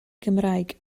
gymraeg